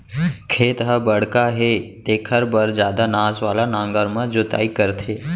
खेत ह बड़का हे तेखर बर जादा नास वाला नांगर म जोतई करथे